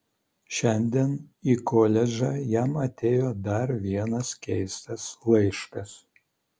šiandien į koledžą jam atėjo dar vienas keistas laiškas